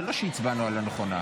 (תיקון, מעצר עד תום ההליכים